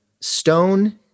Stone